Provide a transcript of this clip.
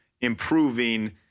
improving